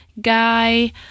guy